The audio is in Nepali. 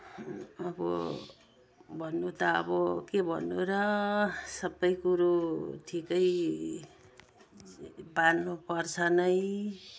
अब भन्नु ता अब के भन्नु र सबै कुरो ठिकै पार्नुपर्छ नै